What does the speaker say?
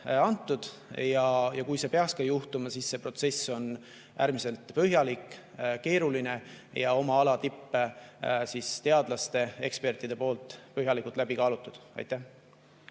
antud ja kui see peaks juhtuma, siis see protsess on äärmiselt põhjalik, keeruline ja oma ala tippteadlaste, ekspertide poolt põhjalikult läbi kaalutud. Aitäh!